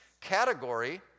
category